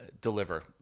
deliver